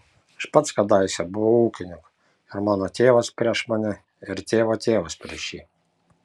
aš pats kadaise buvau ūkininku ir mano tėvas prieš mane ir tėvo tėvas prieš jį